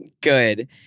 good